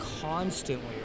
constantly